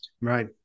right